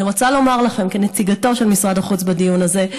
אני רוצה לומר לכם כנציגתו של משרד החוץ בדיון הזה: